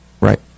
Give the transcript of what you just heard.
Right